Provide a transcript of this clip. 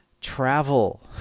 travel